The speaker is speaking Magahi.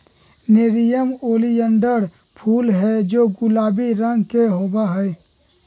नेरियम ओलियंडर फूल हैं जो गुलाबी रंग के होबा हई